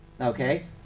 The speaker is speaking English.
Okay